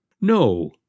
No